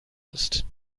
ist